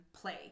play